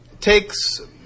takes